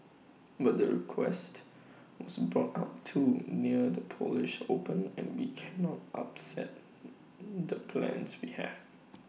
but the request was brought up too near the polish open and we cannot upset the plans we have